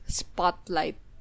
spotlight